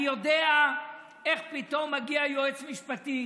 אני יודע איך פתאום מגיע יועץ משפטי